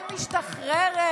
ישראל משתחררת.